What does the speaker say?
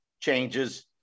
changes